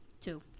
Two